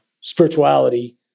spirituality